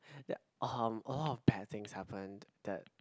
ya um a lot of bad things happened that